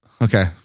Okay